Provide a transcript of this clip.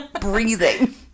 Breathing